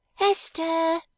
Esther